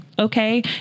Okay